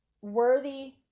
worthy